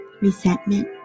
Resentment